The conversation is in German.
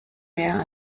mehr